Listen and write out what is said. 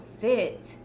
sit